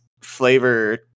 flavor